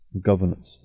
governance